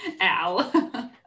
Al